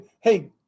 hey